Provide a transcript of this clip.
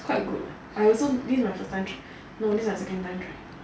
quite good I also give my first time try this is my second time try